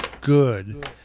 good